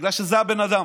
בגלל שזה הבן אדם.